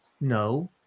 no